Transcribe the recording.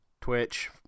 Twitch